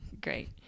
Great